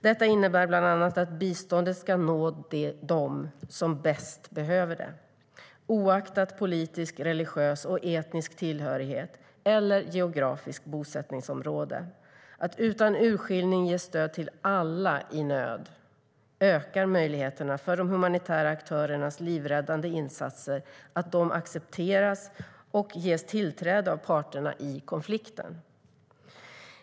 Detta innebär bland annat att biståndet ska nå dem som bäst behöver det, oaktat politisk, religiös och etnisk tillhörighet eller geografiskt bosättningsområde. Att utan urskiljning ge stöd till alla i nöd ökar möjligheterna att de humanitära aktörernas livräddande insatser accepteras och att de ges tillträde av parterna i konflikten.